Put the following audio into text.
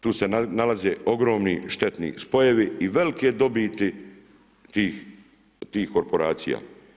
Tu se nalaze ogromni štetni spojevi i velike dobiti tih korporacija.